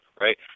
right